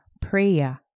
prayer